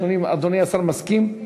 אדוני השר מסכים?